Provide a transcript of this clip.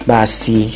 Basi